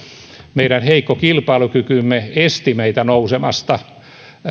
meidän heikko kilpailukykymme esti meitä nousemasta